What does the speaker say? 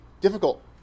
difficult